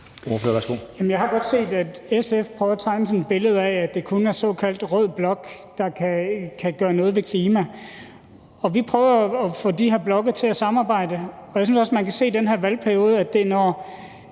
Jeg har godt set, at SF prøver at tegne sådan et billede af, at det kun er såkaldt rød blok, der kan gøre noget ved klimaet. Vi prøver jo at få de her blokke til at samarbejde, og jeg synes også, at man kan se i den her valgperiode, at de partier, når